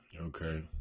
Okay